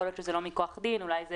יכול להיות שזה לא מכוח דין, אולי זה